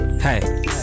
Hey